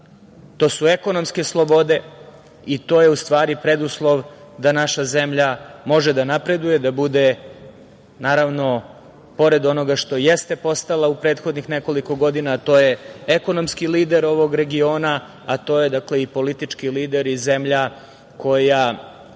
To su ekonomske slobode i to je, u stvari, preduslov da naša zemlja može da napreduje, da bude, naravno, pored onoga što jeste postala u prethodnih nekoliko godina, a to je ekonomski lider ovog regiona, a to je i politički lider i zemlja koja